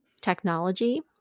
technology